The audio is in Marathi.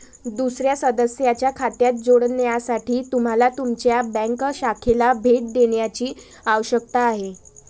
दुसर्या सदस्याच्या खात्यात जोडण्यासाठी तुम्हाला तुमच्या बँक शाखेला भेट देण्याची आवश्यकता आहे